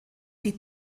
die